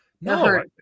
No